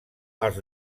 als